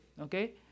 okay